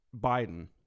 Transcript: Biden